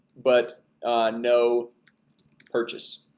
but no purchase,